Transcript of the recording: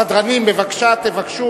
הסדרנים, בבקשה תבקשו